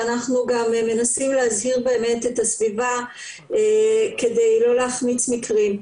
ואנחנו גם מנסים להזהיר את הסביבה כדי לא להחמיץ מקרים.